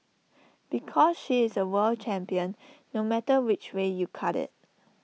because she is A world champion no matter which way you cut IT